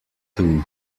too